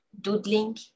doodling